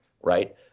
right